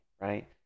right